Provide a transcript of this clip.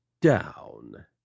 down